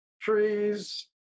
trees